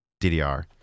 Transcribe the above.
ddr